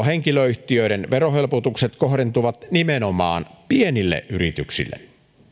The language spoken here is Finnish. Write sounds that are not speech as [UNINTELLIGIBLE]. [UNINTELLIGIBLE] henkilöyhtiöiden verohelpotukset taas kohdentuvat nimenomaan pienille yrityksille